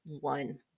one